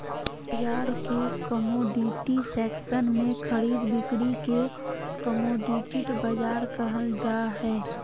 share बाजार के commodity section में खरीद बिक्री के कमोडिटी बाजार कहल जा हइ